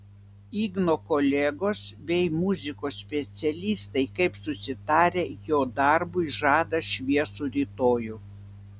igno kolegos bei muzikos specialistai kaip susitarę jo darbui žada šviesų rytojų